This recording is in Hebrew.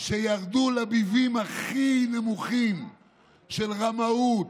שירדו לביבים הכי נמוכים של רמאות,